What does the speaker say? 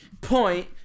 point